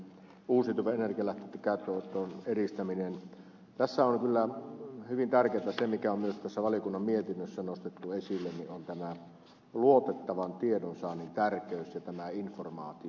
uusi tovereita uusiutuvien energialähteitten käyttöönoton edistämisessä on kyllä hyvin tärkeätä se mikä on myös tässä valiokunnan mietinnössä nostettu esille nimittäin tämä luotettavan tiedonsaannin tärkeys ja tämä informaatio